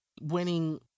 winning